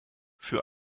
für